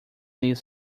liz